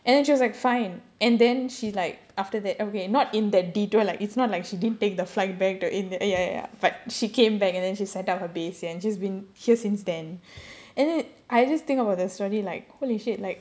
and then she was like fine and then she like after that okay not in the detour like it's not like she didn't take the flight back to in~ ah ya ya ya but she came back and then she set up her base and she's been here since then and then I just think about there's really like holy shit like